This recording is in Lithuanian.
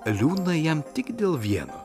liūdna jam tik dėl vieno